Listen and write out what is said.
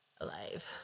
Alive